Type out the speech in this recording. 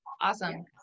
Awesome